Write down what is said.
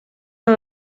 una